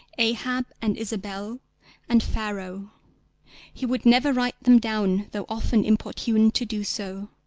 ahab and isabel and pharaoh he would never write them down, though often importuned to do so.